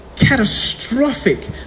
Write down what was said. catastrophic